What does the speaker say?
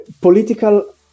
political